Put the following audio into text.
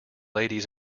ladies